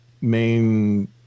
main